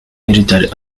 military